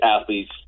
athletes